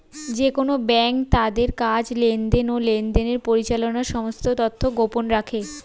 যেকোন ব্যাঙ্ক তাদের কাজ, লেনদেন, ও লেনদেনের পরিচালনার সমস্ত তথ্য গোপন রাখে